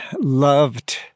loved